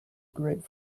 great